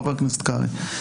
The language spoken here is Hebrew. חבר הכנסת קרעי.